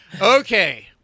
Okay